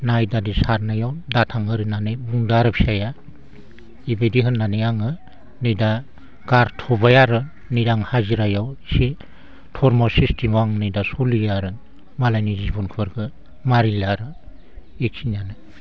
ना इबादि सारनायाव दा थां ओरै होननानै बुंदो आरो फिसाया इबायदि होननानै आङो नै दा गारथ'बाय आरो नै दा आं हाजिरायाव इसे धरमा सिस्टेमाव आं नै दा सोलियो आरो मालायनि जिबनफोरखो मारिला आरो इखिनियानो